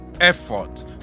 effort